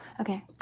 Okay